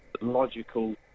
logical